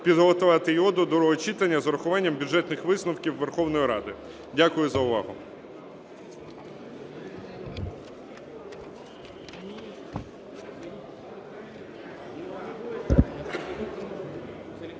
підготувати його до другого читання з урахуванням бюджетних висновків Верховної Ради. Дякую за увагу.